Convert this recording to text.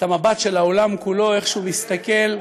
את המבט של העולם כולו, איך שהוא מסתכל,